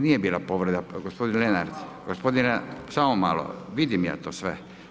Nije bila povreda, gospodin Lenart, gospodin Lenart, samo malo, vidim ja to sve.